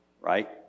right